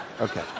Okay